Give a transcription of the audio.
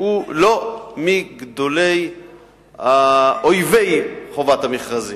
שבוא נגיד שהוא מאויבי חובת המכרזים.